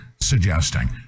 suggesting